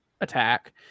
attack